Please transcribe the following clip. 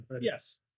Yes